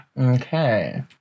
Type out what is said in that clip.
Okay